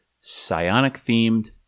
psionic-themed